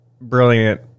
brilliant